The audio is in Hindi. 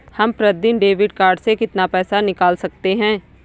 हम प्रतिदिन डेबिट कार्ड से कितना पैसा निकाल सकते हैं?